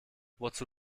wozu